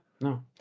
no